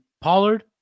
Pollard